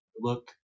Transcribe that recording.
look